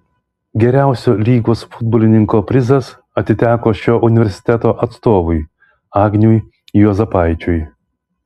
geriausio lygos futbolininko prizas atiteko šio universiteto atstovui agniui juozapaičiui